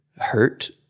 hurt